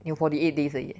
你有 forty eight days 而已 eh